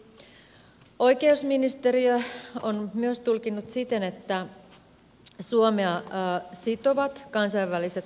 oikeusministeriö on myös tulkinnut siten että suomea sitovat kansainväliset sopimukset